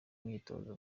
imyitozo